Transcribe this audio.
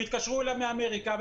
התקשרו אליו מאמריקה,